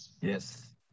yes